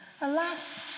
Alas